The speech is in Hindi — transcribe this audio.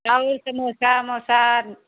चावल समोसा उमोसा